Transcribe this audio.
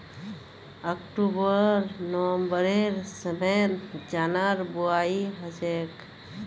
October नवंबरेर समयत चनार बुवाई हछेक